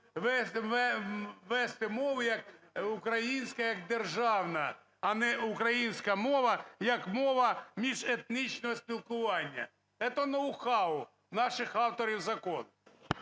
вести мову, як українська – як державна, а не українська мова як мова міжетнічного спілкування. Это ноу-хау наших авторів закону.